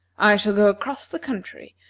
i shall go across the country,